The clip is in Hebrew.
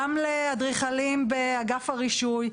גם לאדריכלים באגף הרישוי,